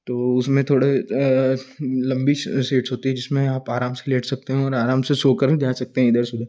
तो उसमें थोड़े लम्बी सिट्स होती हैं जिसमें आप आराम से लेट सकते हैं और आराम से सो कर जा सकते हैं इधर से उधर